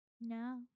No